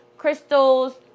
crystals